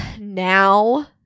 now